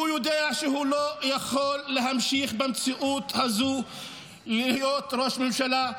הוא יודע שהוא לא יכול להמשיך במציאות הזו להיות ראש ממשלה,